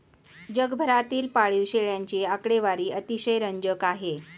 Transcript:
जगभरातील पाळीव शेळ्यांची आकडेवारी अतिशय रंजक आहे